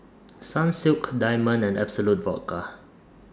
Sunsilk Diamond and Absolut Vodka